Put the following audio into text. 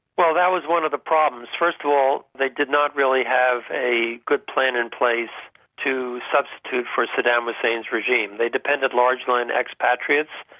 well, that was one of the problems. first of all, they did not really have a good plan in place to substitute for saddam hussein's regime. they depended largely on expatriates,